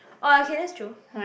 orh okay that's true